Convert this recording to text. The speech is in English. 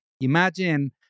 Imagine